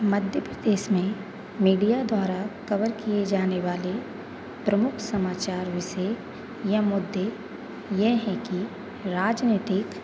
मध्य प्रदेश में मीडिया द्वारा कवर किए जाने वाले प्रमुख समाचार विषय या मुद्दे यह हैं कि राजनैतिक